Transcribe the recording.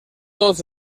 tots